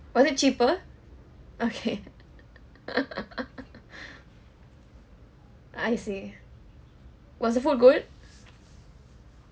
was it cheaper okay I see was the food good